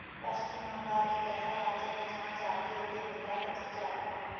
पश्चिम बंगाल एक ऐसा राज्य है जहां जातीय उद्यमिता सबसे ज्यादा हैं